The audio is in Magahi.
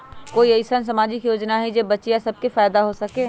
कोई अईसन सामाजिक योजना हई जे से बच्चियां सब के फायदा हो सके?